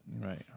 right